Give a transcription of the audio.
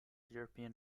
european